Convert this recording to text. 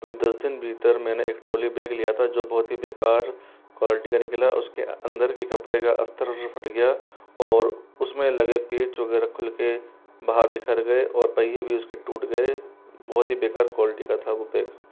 अभी दस दिन भीतर मैंने एक ट्रॉली बैग लिया था जो बहुत ही बेकार क्वालिटी के निकला उस के अंदर के कपड़े का अस्तर फट गया और उस में लगे पेंच वगैरह खुल के बाहर बिखर गाए और पहिए भी उसके टूट गाए बहुत ही बेकार क्वालिटी का था वो बैग